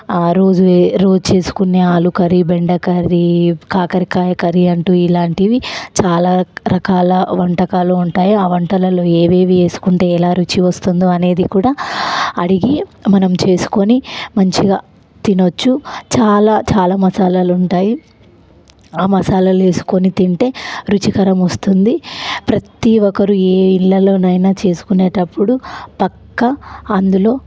ఆరోజు చే ఆరోజు చేసుకునే ఆలు కర్రీ బెండ కర్రీ కాకరకాయ కర్రీ అంటూ ఇలాంటివి చాలా రకాల వంటకాలు ఉంటాయి ఆ వంటలలో ఏవేవి వేసుకుంటే ఎలా రుచి వస్తుందో అనేది కూడా అడిగి మనం చేసుకొని మంచిగా తినొచ్చు చాలా చాలా మసాలాలు ఉంటాయి ఆ మసాలాలు వేసుకొని తింటే రుచికరం వస్తుంది ప్రతి ఒక్కరు ఏ ఇళ్లలోనైనా చేసుకునేటప్పుడు పక్క అందులో